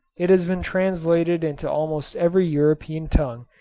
it has been translated into almost every european tongue,